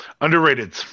Underrated